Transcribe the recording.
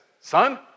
son